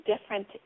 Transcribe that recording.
different